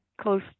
close